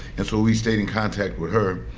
and so we stayed in contact with her.